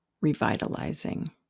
revitalizing